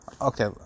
okay